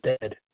dead